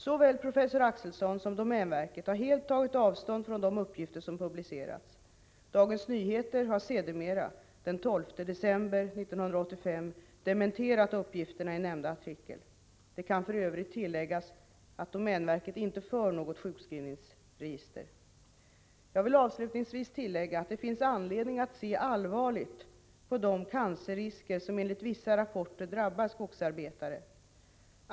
Såväl professor Axelson som domänverket har helt tagit avstånd från de uppgifter som har publicerats. Dagens Nyheter har sedermera den 12 december 1985 dementerat uppgifterna i nämnda artikel. Det kan för övrigt nämnas att domänverket inte för något sjukskrivningsregister. Jag vill avslutningsvis tillägga att det finns anledning att se allvarligt på de cancerrisker som enligt vissa rapporter drabbar skogsarbetare.